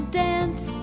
dance